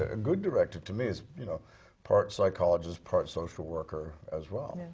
a good director to me is, you know part psychologist, part social worker, as well.